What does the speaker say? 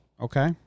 Okay